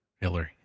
Hillary